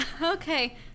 Okay